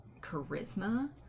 charisma